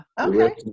okay